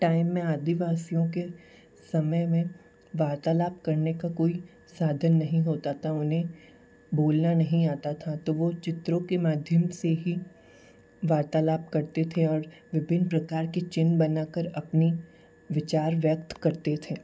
time में आदिवासियों के समय में वार्तालाप करने का कोई साधन नहीं होता था उन्हें भूलना नहीं आता था तो वो चित्रों के माध्यम से ही वार्तालाप करते थे और विभिन्न प्रकार के चिन्ह बनाकर अपनी विचार व्यक्त करते थे